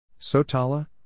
Sotala